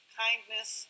kindness